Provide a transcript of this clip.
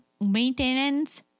maintenance